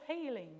healing